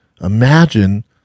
Imagine